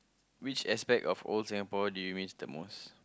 which aspect of old Singapore do you miss the most